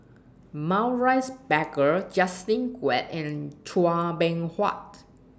Maurice Baker Justin Quek and Chua Beng Huat